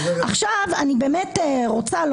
הדבר הזה הוא